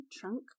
trunk